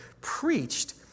preached